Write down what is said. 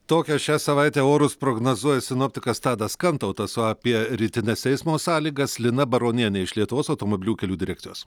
tokią šią savaitę orus prognozuoja sinoptikas tadas kantautas o apie rytines eismo sąlygas lina baronienė iš lietuvos automobilių kelių direkcijos